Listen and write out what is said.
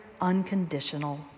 unconditional